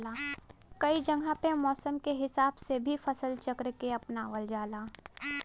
कई जगह पे मौसम के हिसाब से भी फसल चक्र के अपनावल जाला